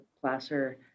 Placer